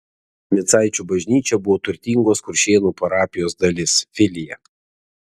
micaičių bažnyčia buvo turtingos kuršėnų parapijos dalis filija